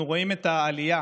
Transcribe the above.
אנחנו רואים את העלייה